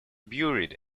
buried